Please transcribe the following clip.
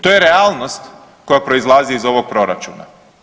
To je realnost koja proizlazi iz ovog proračuna.